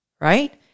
Right